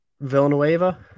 Villanueva